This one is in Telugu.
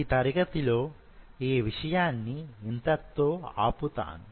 ఈ తరగతిలో ఈ విషయాన్ని యింత తో ఆపుతాను